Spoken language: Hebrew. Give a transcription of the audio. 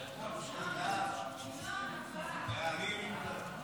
ההצעה להעביר את